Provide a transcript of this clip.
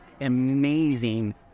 amazing